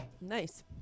Nice